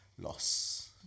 loss